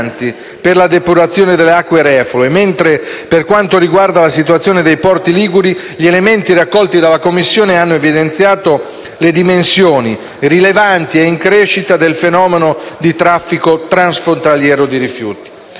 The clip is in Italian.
per la depurazione delle acque reflue, mentre per quanto riguarda la situazione dei porti liguri, gli elementi raccolti dalla Commissione hanno evidenziato le dimensioni, rilevanti e in crescita, del fenomeno del traffico transfrontaliero di rifiuti.